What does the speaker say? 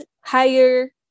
higher